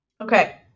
okay